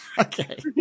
Okay